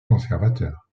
conservateur